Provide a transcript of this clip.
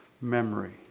memory